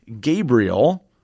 Gabriel